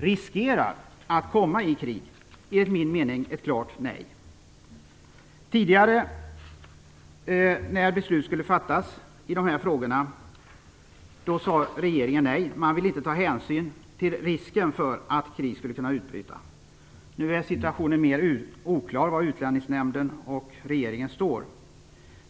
riskerar att komma i krig? Den frågan skall enligt min mening besvaras med ett klart nej. När beslut tidigare skulle fattades i dessa frågor sade regeringen ja. Man tog inte hänsyn till risken för att krig skulle kunna utbryta. Nu är det mer oklart var Utlänningsnämnden och regeringen står.